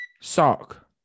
Sock